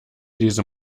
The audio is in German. diese